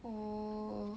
oh